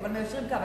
טוב, מיישרים קו.